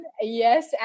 Yes